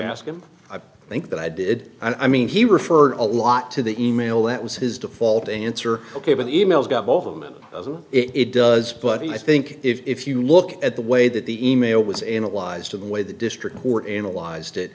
asked him i think that i did i mean he referred a lot to the e mail that was his default answer ok but the emails got both of them and it does but i think if you look at the way that the e mail was analyzed in the way the district or analyzed it